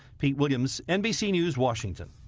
pete williams, nbc news, washington.